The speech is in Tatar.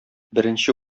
беренче